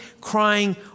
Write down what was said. crying